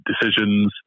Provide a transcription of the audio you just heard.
decisions